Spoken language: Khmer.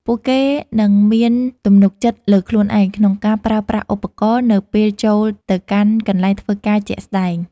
ពួកគេនឹងមានទំនុកចិត្តលើខ្លួនឯងក្នុងការប្រើប្រាស់ឧបករណ៍នៅពេលចូលទៅកាន់កន្លែងធ្វើការជាក់ស្តែង។